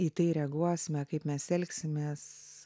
į tai reaguosime kaip mes elgsimės